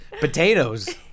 potatoes